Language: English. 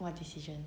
what decisions